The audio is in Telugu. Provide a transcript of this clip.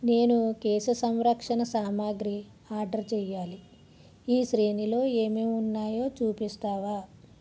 నేను కేశ సంరక్షణ సామాగ్రి ఆర్డర్ చెయ్యాలి ఈ శ్రేణిలో ఏమేం ఉన్నాయో చూపిస్తావా